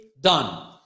done